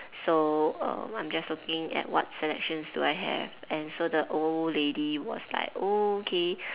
so um I'm just looking at what selections do I have and so the old lady was like oh okay